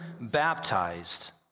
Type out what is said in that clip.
baptized